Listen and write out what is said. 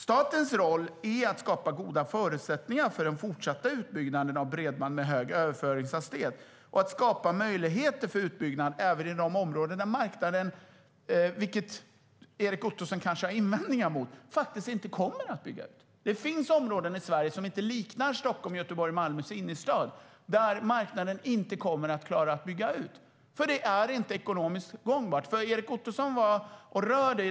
Statens roll är att skapa goda förutsättningar för den fortsatta utbyggnaden av bredband med hög överföringshastighet och att skapa möjligheter för utbyggnad även i de områden där marknaden, vilket Erik Ottoson kanske har invändningar mot, faktiskt inte kommer att bygga ut. Det finns områden i Sverige som inte liknar innerstaden i Stockholm, Göteborg och Malmö och där marknaden inte kommer att klara att bygga ut. Det är inte ekonomiskt gångbart.